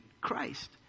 Christ